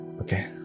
Okay